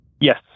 Yes